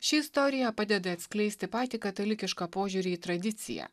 ši istorija padeda atskleisti patį katalikišką požiūrį į tradiciją